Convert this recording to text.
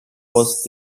was